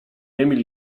emil